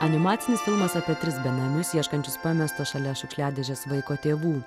animacinis filmas apie tris benamius ieškančius pamesto šalia šiukšliadėžės vaiko tėvų